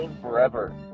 forever